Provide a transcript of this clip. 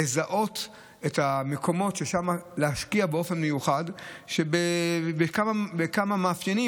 לזהות את המקומות ששם יש להשקיע באופן מיוחד בכמה מאפיינים.